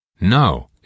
No